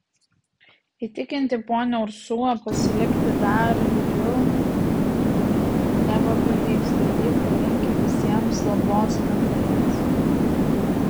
įtikinti ponią ursulą pasilikti dar ilgiau nebepavyksta ji palinki visiems labos nakties